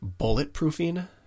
bulletproofing